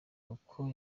uko